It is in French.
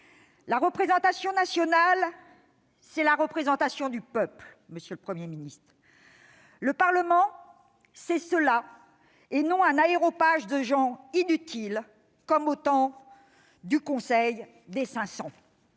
La représentation nationale, c'est la représentation du peuple, monsieur le Premier ministre. Le Parlement, c'est cela, et non un aréopage de gens inutiles, comme au temps du Conseil des